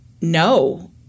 no